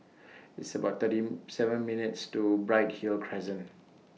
It's about thirty seven minutes' to Bright Hill Crescent